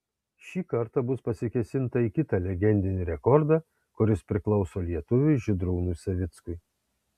šį kartą bus pasikėsinta į kitą legendinį rekordą kuris priklauso lietuviui žydrūnui savickui